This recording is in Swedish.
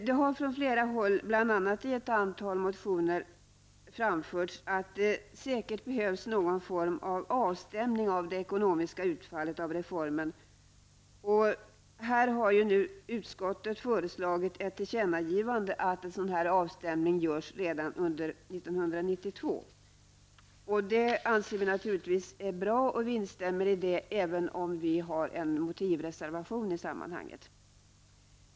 Det har från flera håll, bl.a. i ett antal motioner, framförts att det säkert behövs någon form av avstämning av det ekonomiska utfallet av reformen. Utskottet har här föreslagit ett tillkännagivande om att en sådan avstämning skall göras redan under 1992. Det anser vi naturligtvis är bra, och vi instämmer i detta även om vi avgett en motivreservation i sammanhanget.